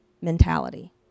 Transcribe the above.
mentality